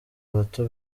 abato